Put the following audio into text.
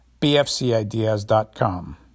bfcideas.com